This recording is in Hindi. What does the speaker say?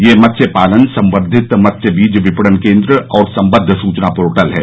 यह मत्स्य पालन संवर्धित मत्स्य बीज विपणन केंद्र और सम्बद्ध सूचना पोर्टल है